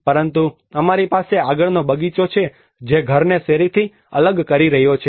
પરંતુ અમારી પાસે આગળનો બગીચો છે જે ઘરને શેરીથી અલગ કરી રહ્યો છે